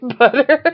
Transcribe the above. butter